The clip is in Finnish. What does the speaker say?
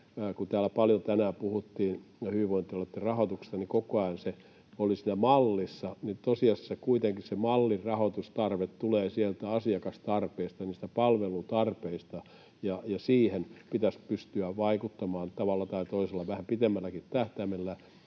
kun täällä paljon tänään puhuttiin hyvinvointialueitten rahoituksesta ja koko ajan se oli siinä mallissa, ja tosiasiassa kuitenkin se mallin rahoitustarve tulee sieltä asiakastarpeista, niistä palvelutarpeista, ja siihen pitäisi pystyä vaikuttamaan tavalla tai toisella vähän pitemmälläkin tähtäimellä,